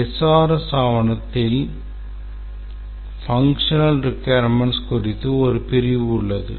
SRS ஆவணத்தில் செயல்படாத தேவைகள் குறித்து ஒரு பிரிவு உள்ளது